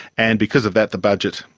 and because of that the budget,